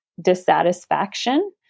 dissatisfaction